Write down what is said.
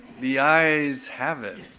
the ayes have it.